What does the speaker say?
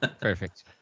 Perfect